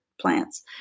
plants